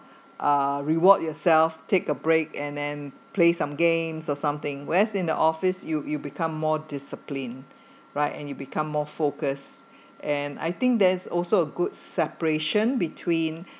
uh reward yourself take a break and then play some games or something whereas in the office you you become more discipline right and you become more focus and I think there's also a good separation between